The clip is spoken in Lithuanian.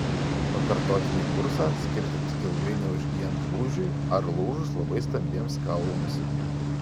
pakartotinį kursą skirti tik ilgai neužgyjant lūžiui ar lūžus labai stambiems kaulams